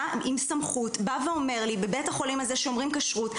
עם סמכות בא ואומר לי: בבית החולים הזה שומרים כשרות,